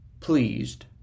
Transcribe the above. pleased